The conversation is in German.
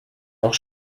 auch